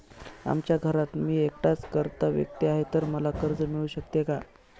आमच्या घरात मी एकटाच कर्ता व्यक्ती आहे, तर मला कर्ज मिळू शकते का?